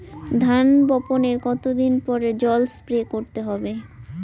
ধান বপনের কতদিন পরে জল স্প্রে করতে হবে?